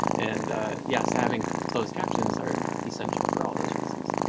and yes, having closed captions are essential for all those reasons.